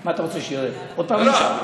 מה אתה רוצה, שעוד פעם אני אשבח?